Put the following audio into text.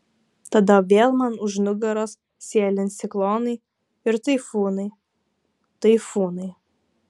tada vėl man už nugaros sėlins ciklonai ir taifūnai taifūnai